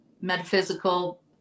metaphysical